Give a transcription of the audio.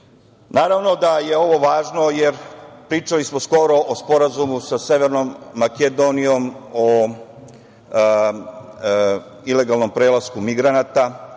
složi. Naravno da je ovo važno, jer pričali smo skoro o Sporazumu sa Severnom Makedonijom o ilegalnom prelasku migranata.